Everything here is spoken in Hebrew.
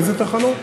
איזה תחנות?